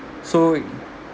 so